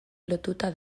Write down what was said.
lotuta